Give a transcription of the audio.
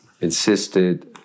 insisted